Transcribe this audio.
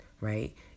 right